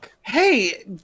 Hey